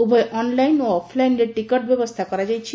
ଉଭୟ ଅନ୍ଲାଇନ୍ ଓ ଅଫ୍ଲାଇନ୍ରେ ଟିକେଟ୍ ବ୍ୟବପସ୍ତା କରାଯାଇଛି